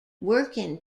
working